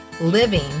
living